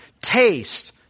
taste